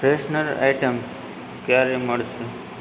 freshener items ક્યારે મળશે